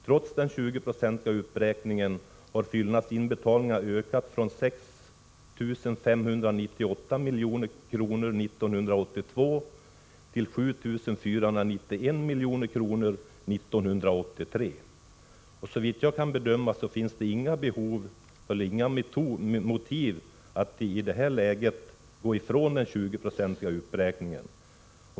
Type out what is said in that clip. Trots den 20-procentiga uppräkningen har fyllnadsinbetalningarna ökat från 6 598 milj.kr. 1982 till 7 491 milj.kr. 1983. Såvitt jag kan bedöma finns det inga motiv att i detta läge gå ifrån den 20-procentiga uppräkningen.